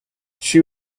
she